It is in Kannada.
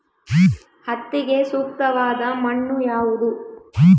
ಹತ್ತಿಗೆ ಸೂಕ್ತವಾದ ಮಣ್ಣು ಯಾವುದು?